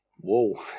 Whoa